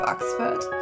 Oxford